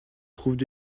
trouvent